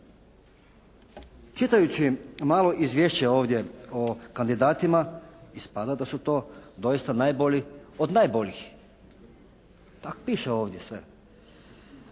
Čitajući malo izvješće ovdje o kandidatima ispada da su to doista najbolji od najboljih, tak' piše ovdje sve.